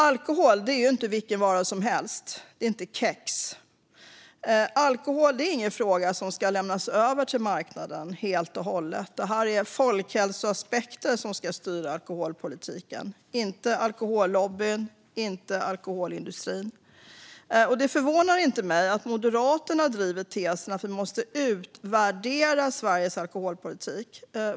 Alkohol är ju inte vilken vara som helst; det är inte kex. Alkohol är ingen fråga som ska lämnas över till marknaden helt och hållet. Det är folkhälsoaspekter som ska styra alkoholpolitiken - inte alkohollobbyn eller alkoholindustrin. Det förvånar mig inte att Moderaterna driver tesen att vi måste utvärdera Sveriges alkoholpolitik.